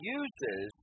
uses